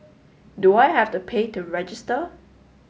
do I have to pay to register